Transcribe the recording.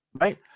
Right